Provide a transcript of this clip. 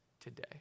today